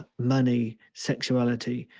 money, sexuality,